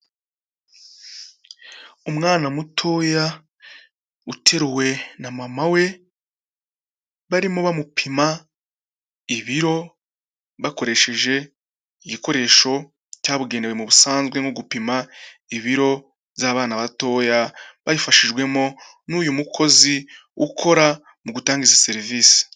Umwana mutoya, uteruwe na mama we, barimo bamupima ibiro, bakoresheje igikoresho cyabugenewe mu busanzwe, mu gupima ibiro by'abana batoya, babifashijwemo n'uyu mukozi ukora, mu gutanga izi serivisi.